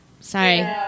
Sorry